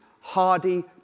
hardy